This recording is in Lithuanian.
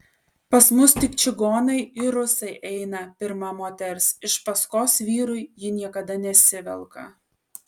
pas mus tik čigonai ir rusai eina pirma moters iš paskos vyrui ji niekada nesivelka